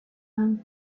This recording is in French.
han